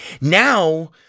now